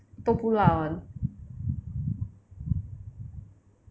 都不辣 [one]